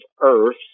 earth